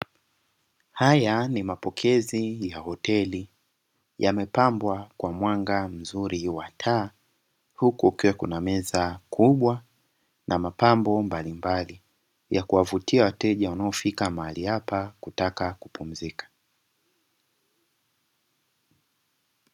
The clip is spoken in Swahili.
Haya ni mapokezi ya hoteli yamepambwa kwa mwanga mzuri wa taa, huku kukiwa na meza kubwa na mapambo mbalimbali ya kuwavutia wateja wanaofika mahali hapa kutaka kupumzika.